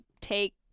take